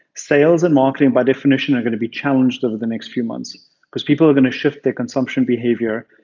sales and marketing by definition are going to be challenged over the next few months because people are going to shift their consumption behavior.